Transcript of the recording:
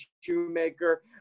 Shoemaker